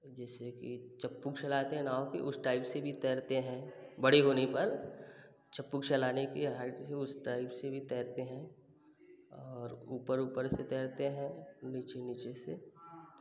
जैसे कि चप्पू चलाते हैं नाव की उस टाइप से भी तैरते हैं बड़े होने पर चप्पू चलाने के हाइट से उस टाइप से भी तैरते हैं और ऊपर ऊपर से तैरते हैं नीचे नीचे से